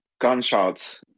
gunshots